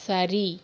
சரி